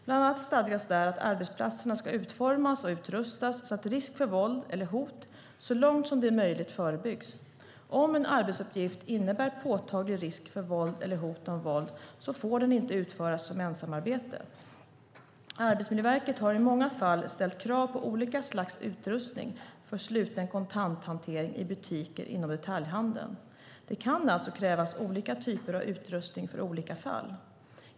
Bland annat stadgas där att arbetsplatserna ska utformas och utrustas så att risk för våld eller hot så långt som det är möjligt förebyggs. Om en arbetsuppgift innebär påtaglig risk för våld eller hot om våld får den inte utföras som ensamarbete. Arbetsmiljöverket har i många fall ställt krav på olika slags utrustning för sluten kontanthantering i butiker inom detaljhandeln. Det kan alltså krävas olika typer av utrustning för olika fall.